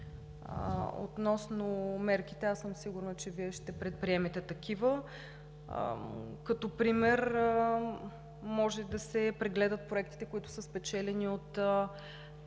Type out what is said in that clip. Относно мерките, аз съм сигурна, че Вие ще предприемете такива. Като пример може да се прегледат проектите, които са спечелени от